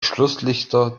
schlusslichter